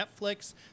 netflix